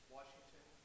Washington